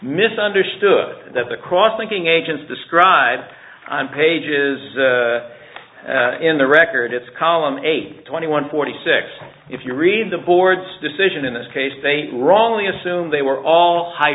misunderstood that the cross linking agents describe pages in the record it's column eight twenty one forty six if you read the board's decision in this case they wrongly assumed they were all h